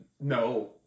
No